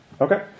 Okay